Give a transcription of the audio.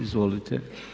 Izvolite.